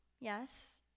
yes